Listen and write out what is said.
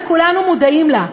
וכולנו מודעים לה,